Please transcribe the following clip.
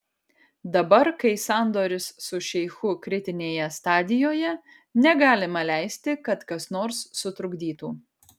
dabar kai sandoris su šeichu kritinėje stadijoje negalima leisti kad kas nors sutrukdytų